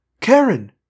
Karen